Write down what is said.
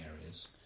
areas